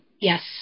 Yes